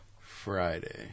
Friday